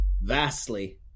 vastly